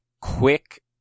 quick